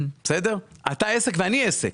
אתה עסק ואני עסק,